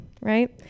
right